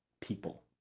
people